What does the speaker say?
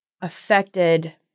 affected